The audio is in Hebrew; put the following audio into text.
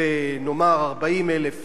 מדוע לא מפנים את האנשים האלה,